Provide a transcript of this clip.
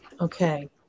okay